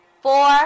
four